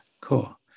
cool